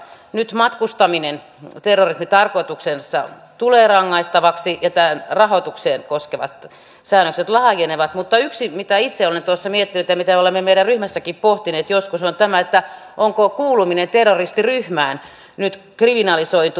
nyt matkustaminen terrorismitarkoituksessa tulee rangaistavaksi ja rahoitusta koskevat säännökset laajenevat mutta yksi mitä itse olen tuossa miettinyt ja mitä olemme meidän ryhmässäkin pohtineet joskus on se onko kuuluminen terroristiryhmään nyt kriminalisoitu